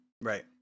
Right